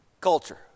culture